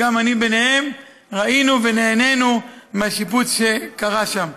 וגם אני בהם, ראינו ונהנינו מהשיפוץ שנעשה שם.